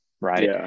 right